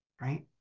right